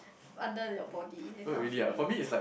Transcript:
under your body that kind of feeling